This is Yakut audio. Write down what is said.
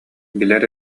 билэр